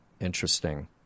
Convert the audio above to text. Interesting